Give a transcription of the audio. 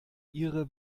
ihre